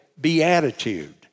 beatitude